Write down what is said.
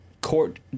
court